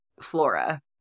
flora